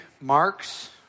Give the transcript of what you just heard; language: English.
marks